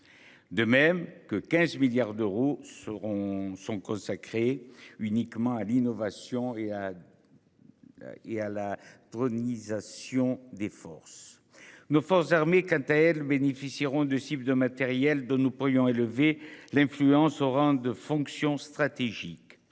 De même que 15 milliards d'euros seront sont consacrés uniquement à l'innovation et à. Et à la rue nisation des forces. Nos forces armées, quant à elles bénéficieront de cibles de matériel de nous pourrions élevé l'influence au rang de fonction stratégique.